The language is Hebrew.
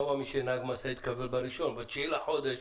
לא מאמין שנהג משאית מקבל ב-1 בחודש ב-9 בחודש,